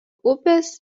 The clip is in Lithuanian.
upės